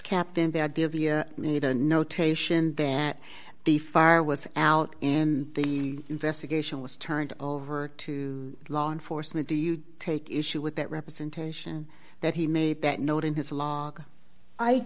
kept in bad media notation that the fire was out and the investigation was turned over to law enforcement do you take issue with that representation that he made that note in his l